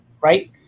right